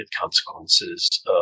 consequences